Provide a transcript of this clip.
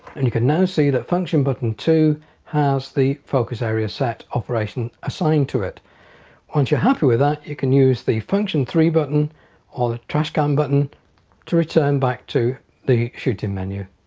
and you can now see that function button to has the focus area set operation assigned to it once you're happy with that you can use the function three button or the trashcan button to return back to the shooting menu.